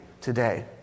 today